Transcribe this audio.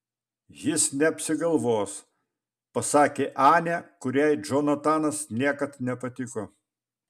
jis neapsigalvos pasakė anė kuriai džonatanas niekad nepatiko